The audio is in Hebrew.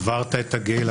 עברת את הגיל,